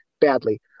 badly